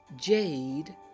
jade